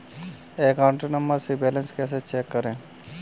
Account number से balance कैसे check करें?